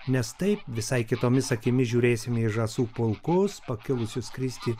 nes taip visai kitomis akimis žiūrėsime į žąsų pulkus pakilusi skristi